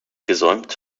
gesäumt